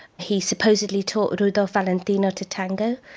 he supposedly told rudolph valentino to tanga.